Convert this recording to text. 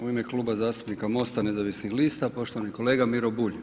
U ime Kluba zastupnika MOST-a nezavisnih lista poštovani kolega Miro Bulj.